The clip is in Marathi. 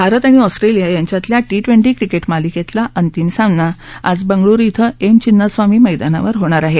भारत आणि ऑस्ट्रेलिया यांच्यातल्या टी ट्वेंटी क्रिकेट मालिकेतला अंतिम सामना आज बंगळुरु िक्रि िमे चिन्नास्वामी मैदानावर होणार आहे